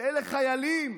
שאלה חיילים,